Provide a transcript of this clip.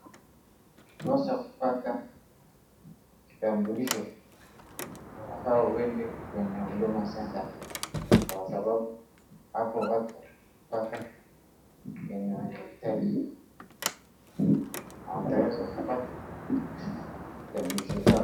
Basi kupata kitambulisho, unafaa uende kwenye huduma centre kwa sababu hapo watu hupata yenye wanahitaji, wataeza kupata kitambulisho chao.